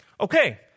Okay